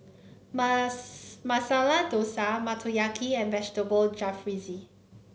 Masala Dosa Motoyaki and Vegetable Jalfrezi